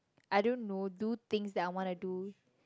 I don't know do things that I want to do